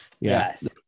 Yes